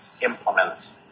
implements